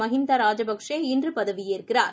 Mahinda Rajapaksa இன்றுபதவியேற்கிறார்